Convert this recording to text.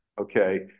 Okay